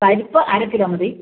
പരിപ്പ് അര കിലോ മതി